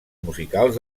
musicals